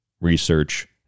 research